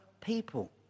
people